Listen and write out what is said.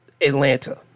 atlanta